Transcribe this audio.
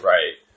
Right